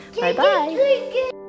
Bye-bye